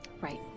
Right